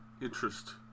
interest